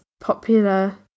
popular